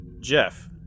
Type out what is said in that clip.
Jeff